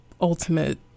ultimate